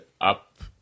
up